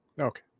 okay